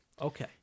okay